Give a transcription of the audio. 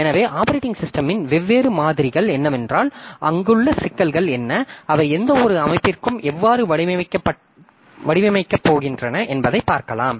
எனவே ஆப்பரேட்டிங் சிஸ்டமின் வெவ்வேறு மாதிரிகள் என்னவென்றால் அங்குள்ள சிக்கல்கள் என்ன அவை எந்தவொரு அமைப்பிற்கும் எவ்வாறு வடிவமைக்கப் போகின்றன என்பதை பார்க்கலாம்